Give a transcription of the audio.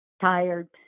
tired